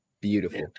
Beautiful